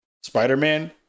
Spider-Man